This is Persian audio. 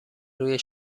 روی